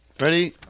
Ready